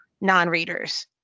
non-readers